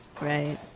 Right